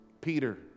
Peter